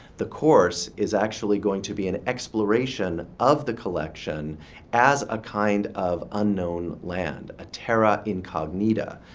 the course is actually going to be an exploration of the collection as a kind of unknown land, a terra incognita,